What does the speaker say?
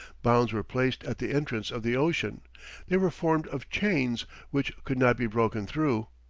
bounds were placed at the entrance of the ocean they were formed of chains which could not be broken through.